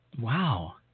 Wow